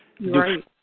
Right